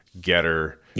Getter